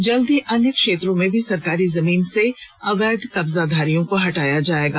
जल्द ही अन्य क्षेत्रों में भी सरकारी जमीन से अवैध कब्जाधारियों को हटाया जाएगा